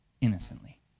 innocently